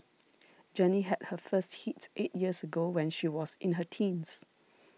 Jenny had her first hit eight years ago when she was in her teens